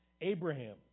Abraham